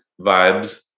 vibes